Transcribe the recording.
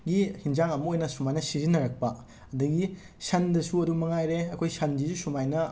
ꯌꯦ ꯍꯤꯟꯖꯥꯡ ꯑꯃ ꯑꯣꯏꯅ ꯁꯨꯃꯥꯏꯅ ꯁꯤꯖꯤꯟꯅꯔꯛꯄ ꯑꯗꯒꯤ ꯁꯟꯗꯁꯨ ꯑꯗꯨ ꯃꯉꯥꯏꯔꯦ ꯑꯩꯈꯣꯏ ꯁꯟꯁꯤꯁꯨ ꯁꯨꯃꯥꯏꯅ